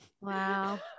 Wow